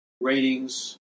ratings